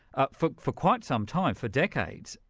ah for for quite some time, for decades,